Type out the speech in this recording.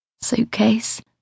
Suitcase